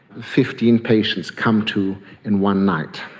fifteen patients come to in one night.